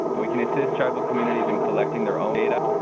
we can assist tribal communities in collecting their own data,